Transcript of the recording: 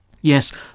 Yes